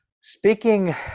speaking